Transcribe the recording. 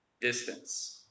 distance